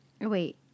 wait